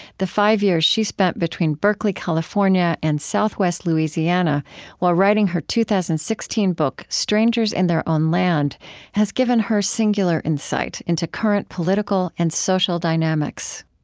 the five years she spent between berkeley, california and southwest louisiana while writing her two thousand and sixteen book strangers in their own land has given her singular insight into current political and social dynamics